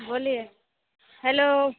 बोलिए हेलो